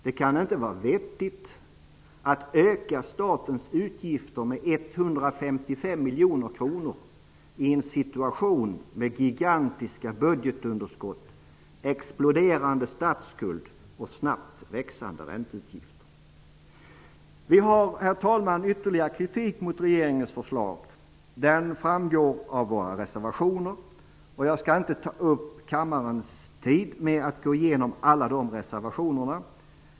Det kan inte vara vettigt att öka statens utgifter med 155 miljoner kronor i en situation med gigantiska budgetunderskott, exploderande statsskuld och snabbt växande ränteutgifter. Herr talman! Vi har ytterligare kritik mot regeringens förslag. Den framgår av våra reservationer, men jag skall inte ta upp kammarens tid med att gå igenom alla dessa.